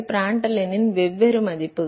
Prandtl எண்ணின் வெவ்வேறு மதிப்புகள்